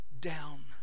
down